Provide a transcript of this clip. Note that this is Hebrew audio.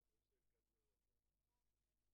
כל אישה שהולכת ללדת צריכה לקבל מענק